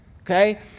Okay